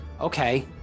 Okay